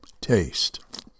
taste